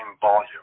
volume